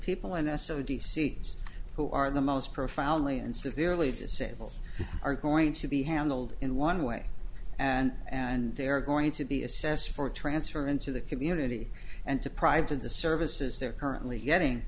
people and s o d c s who are the most profoundly and severely disabled are going to be handled in one way and and they're going to be assessed for transfer into the community and deprived of the services they're currently getting